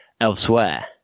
elsewhere